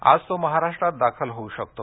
आज तो महाराष्ट्रात दाखल होऊ शकतो